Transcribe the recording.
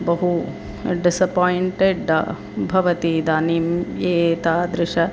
बहु डिसपाय्ण्टेड् भवति इदानीं एतादृशा